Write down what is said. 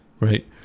right